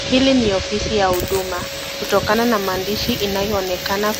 Hili ni ofisi ya Huduma kutokana na maandishi inaonekana